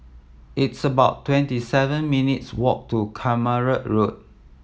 it's about twenty seven minutes' walk to Keramat Road